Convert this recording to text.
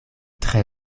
tre